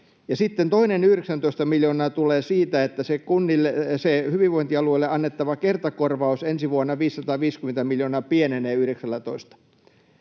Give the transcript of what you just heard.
Sitten toinen 19 miljoonaa tulee siitä, että se hyvinvointialueille annettava kertakorvaus, 550 miljoonaa, ensi vuonna